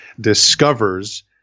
discovers